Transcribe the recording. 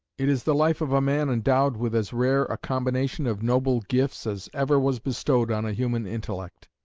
it is the life of a man endowed with as rare a combination of noble gifts as ever was bestowed on a human intellect